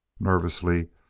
nervously,